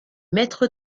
maître